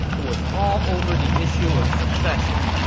it was all over the issue of succession.